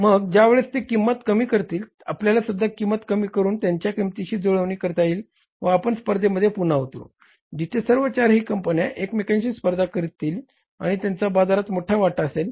मग ज्यावेळेस ते किंमत कमी करतील आपल्यालासुद्धा किंमत कमी करून त्यांच्या किमतींशी जुळवणी करता येईल व आपण स्पर्धेमध्ये पुन्हा उतरू जिथे सर्व चारही कंपन्या एकमेकांशी स्पर्धा करतील आणि त्यांचा बाजारात मोठा वाटा असेल